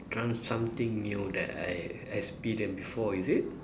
try something new that I experience before is it